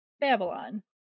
Babylon